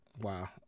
Wow